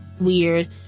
weird